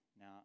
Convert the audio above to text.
Now